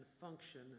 function